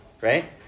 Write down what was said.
Right